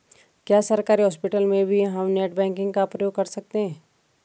क्या सरकारी हॉस्पिटल में भी हम नेट बैंकिंग का प्रयोग कर सकते हैं?